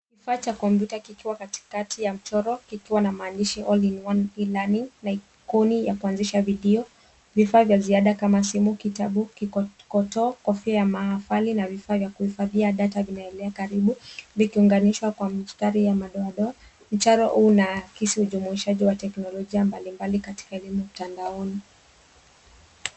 Kifaa cha kompyuta kikiwa katikati ya mchoro kikiwa na maandishi all in one e-learning na ikoni ya kuanzisha videyo, vifaa vya ziada kama simu, kitabu, kikotoo, kofia ya maafali, na vifaa vya kuhifadhia data vimeelea karibu, vikiunganishwa kwa mstari ya madoadoa. Mchoro huu unaakisi ujumishaji wa teknolojia mbalimbali katika elimu mtandaoni.